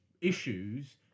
issues